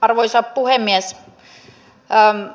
arvoisa puhemies